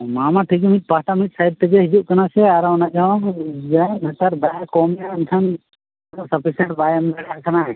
ᱚᱱᱟ ᱢᱟ ᱴᱷᱤᱠ ᱜᱮ ᱢᱤᱫ ᱯᱟᱥᱴᱟ ᱢᱤᱫ ᱥᱟᱭᱤᱰ ᱛᱮᱜᱮ ᱦᱤᱡᱩᱜ ᱠᱟᱱᱟ ᱥᱮ ᱟᱨ ᱚᱱᱟ ᱮᱱᱠᱷᱟᱱ ᱫᱚ ᱥᱟᱯᱷᱤᱥᱮᱱᱴ ᱵᱟᱭ ᱮᱢ ᱫᱟᱲᱮᱭᱟᱜ ᱠᱟᱱᱟᱭ